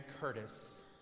Curtis